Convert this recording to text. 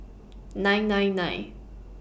nine nine nine